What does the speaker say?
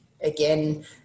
again